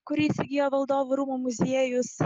kurį įsigijo valdovų rūmų muziejus